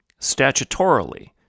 statutorily